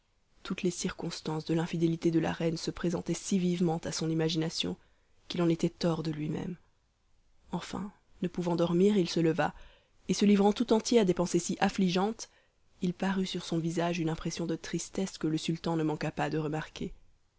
toutes les circonstances de l'infidélité de la reine se présentaient si vivement à son imagination qu'il en était hors de lui-même enfin ne pouvant dormir il se leva et se livrant tout entier à des pensées si affligeantes il parut sur son visage une impression de tristesse que le sultan ne manqua pas de remarquer